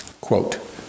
Quote